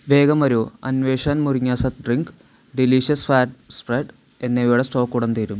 വേഗം വരൂ അൻവേഷൻ മുരിങ്ങ സത്ത് ഡ്രിങ്ക് ഡിലീഷ്യസ് ഫാറ്റ് സ്പ്രെഡ് എന്നിവയുടെ സ്റ്റോക് ഉടൻ തീരും